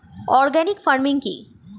Organic farming কি?